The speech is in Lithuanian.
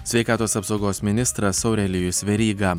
sveikatos apsaugos ministras aurelijus veryga